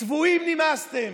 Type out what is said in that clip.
צבועים, נמאסתם.